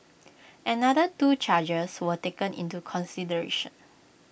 another two charges were taken into consideration